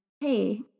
hey